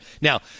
Now